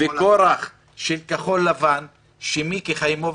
וכורח של כחול לבן שמיקי חיימוביץ',